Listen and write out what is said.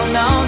no